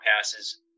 passes